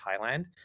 Thailand